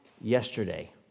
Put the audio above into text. yesterday